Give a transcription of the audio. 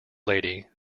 lady